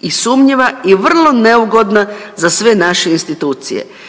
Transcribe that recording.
i sumnjiva i vrlo neugodna za sve naše institucije.